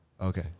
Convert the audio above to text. Okay